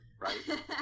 Right